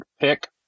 pick